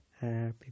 Happy